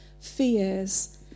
fears